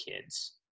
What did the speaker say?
kids